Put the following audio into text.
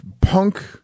punk